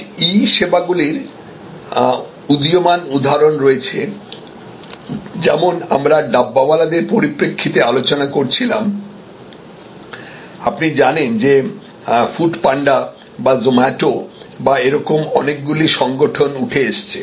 আজ ই সেবাগুলির উদীয়মান উদাহরণ রয়েছে যেমন আমরা ডাব্বাওয়ালাদের পরিপ্রেক্ষিতে আলোচনা করছিলাম আপনি জানেন যে ফুড পান্ডা বা জোমাটো বা এরকম অনেকগুলি সংগঠন উঠে এসেছে